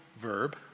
verb